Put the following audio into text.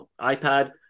iPad